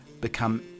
become